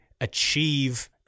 achieve